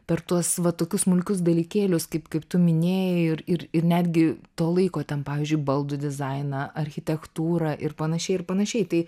per tuos va tokius smulkius dalykėlius kaip kaip tu minėjai ir ir ir netgi to laiko ten pavyzdžiui baldų dizainą architektūrą ir panašiai ir panašiai tai